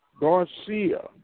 Garcia